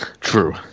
true